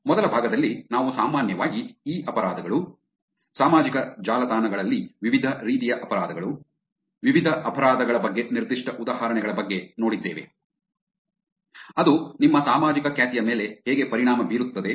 ಮೊದಲ ಭಾಗದಲ್ಲಿ ನಾವು ಸಾಮಾನ್ಯವಾಗಿ ಇ ಅಪರಾಧಗಳು ಸಾಮಾಜಿಕ ಜಾಲತಾಣಗಳಲ್ಲಿ ವಿವಿಧ ರೀತಿಯ ಅಪರಾಧಗಳು ವಿವಿಧ ಅಪರಾಧಗಳ ಬಗ್ಗೆ ನಿರ್ದಿಷ್ಟ ಉದಾಹರಣೆಗಳ ಬಗ್ಗೆ ನೋಡಿದ್ದೇವೆ ಅದು ನಿಮ್ಮ ಸಾಮಾಜಿಕ ಖ್ಯಾತಿಯ ಮೇಲೆ ಹೇಗೆ ಪರಿಣಾಮ ಬೀರುತ್ತದೆ